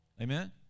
Amen